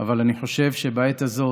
אבל אני חושב שבעת הזאת,